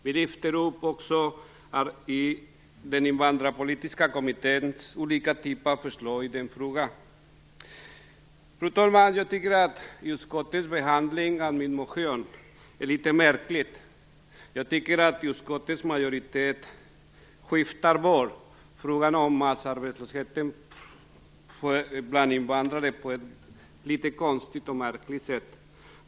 Vi lyfter också upp den invandrarpolitiska kommitténs olika typer av förslag i frågan. Fru talman! Jag tycker att utskottets behandling av min motion är litet märklig. Jag tycker att utskottets majoritet viftar bort frågan om massarbetslösheten bland invandrare på ett litet konstigt och märkligt sätt.